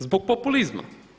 Zbog populizma.